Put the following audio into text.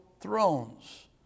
thrones